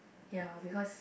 ya because